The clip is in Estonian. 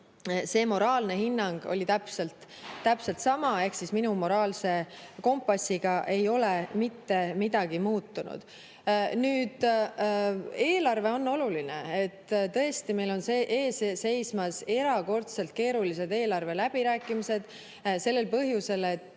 see moraalne hinnang oli täpselt sama, ehk minu moraalne kompass ei ole muutunud. Nüüd, eelarve on oluline. Tõesti, meil on ees seismas erakordselt keerulised eelarve läbirääkimised sellel põhjusel, et